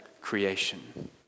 creation